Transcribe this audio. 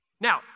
Now